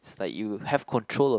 it's like you have control